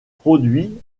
produit